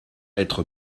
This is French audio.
être